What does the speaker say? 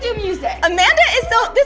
yeah music. amanda is so.